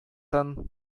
тын